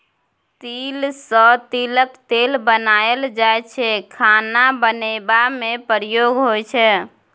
तिल सँ तिलक तेल बनाएल जाइ छै खाना बनेबा मे प्रयोग होइ छै